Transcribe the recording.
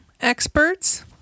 experts